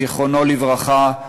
זיכרונו לברכה,